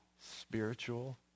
spiritual